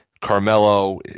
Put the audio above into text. Carmelo